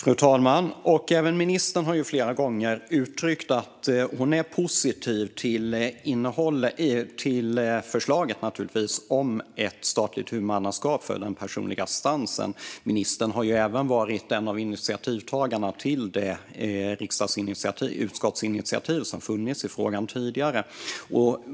Fru talman! Även ministern har flera gånger uttryckt att hon är positiv till förslaget om ett statligt huvudmannaskap för den personliga assistansen. Ministern har ju även varit en av initiativtagarna till det utskottsinitiativ som har funnits i frågan tidigare.